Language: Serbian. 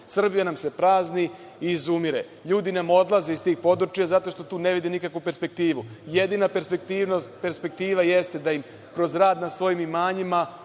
Srbija nam se prazni i izumire. Ljudi nam odlaze iz tih područja zato što tu ne vide nikakvu perspektivu. Jedina perspektiva jeste da im kroz rad na svojim imanjima